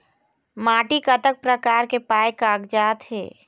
माटी कतक प्रकार के पाये कागजात हे?